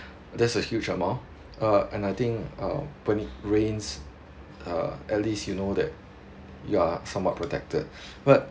that's a huge amount uh and I think uh beneath rains uh at least you know that you are somewhat protected but